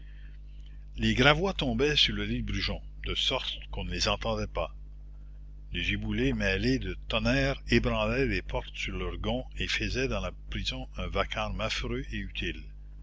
les gravois tombaient sur le lit de brujon de sorte qu'on ne les entendait pas les giboulées mêlées de tonnerre ébranlaient les portes sur leurs gonds et faisaient dans la prison un vacarme affreux et utile